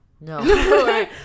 No